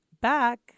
back